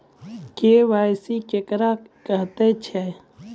KYC केकरा कहैत छै?